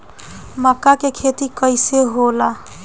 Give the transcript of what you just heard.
मका के खेती कइसे होला?